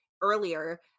earlier